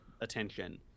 attention